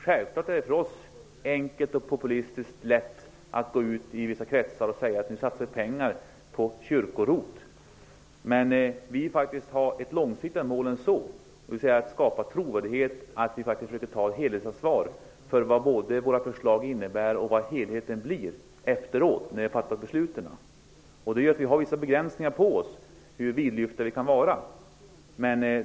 Självfallet vore det lätt och populistiskt för oss att gå ut i vissa kretsar och säga att vi skall satsa pengar på kyrko-ROT. Men vi vill faktiskt ha ett mål på ännu längre sikt. Vi vill skapa trovärdighet för att vi försöker ta ett helhetsansvar för vad våra förslag innebär. Vi vill ta ett ansvar för helheten efter det att beslutet är fattat. Det medför vissa begränsningar för hur vidlyftiga vi kan vara.